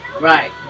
Right